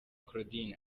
claudine